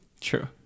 True